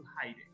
hiding